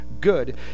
good